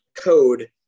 code